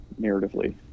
narratively